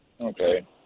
okay